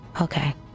Okay